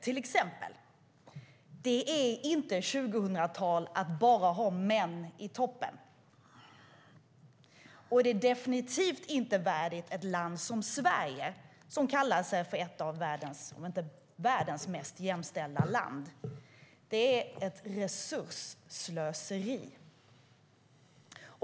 Det är till exempel inte 2000-tal att bara ha män i toppen. Det är definitivt inte värdigt ett land som Sverige som kallar sig om inte världens mest jämställda så ett av dem. Det är ett resursslöseri.